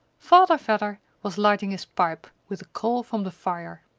father vedder was lighting his pipe with a coal from the fire.